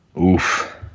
Oof